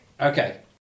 Okay